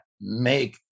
make